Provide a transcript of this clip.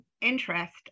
interest